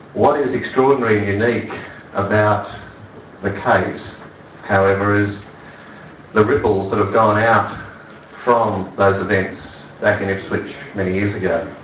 what is extraordinary and unique about the case however is the ripples that have gone out from those events back in ipswich many years ago.